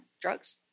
drugs